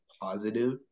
positive